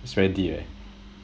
that's very deep eh